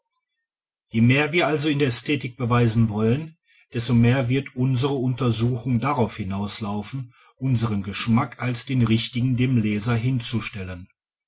je mehr wir also in der ästhetik beweisen wollen desto mehr wird unsre untersuchung darauf hinauslaufen unsren geschmack als den richtigen dem leser hinzustellen